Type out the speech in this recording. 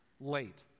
late